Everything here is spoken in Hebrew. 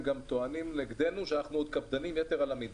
הם עוד טוענים נגדנו שאנחנו קפדנים יתר על המידה.